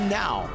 now